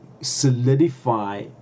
solidify